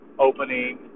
opening